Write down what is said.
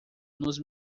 nos